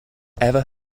ever